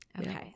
Okay